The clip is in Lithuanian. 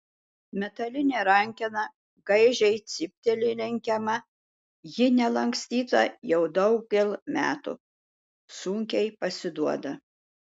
metalinė rankena gaižiai cypteli lenkiama ji nelankstyta jau daugel metų sunkiai pasiduoda